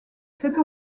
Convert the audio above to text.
cette